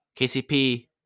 KCP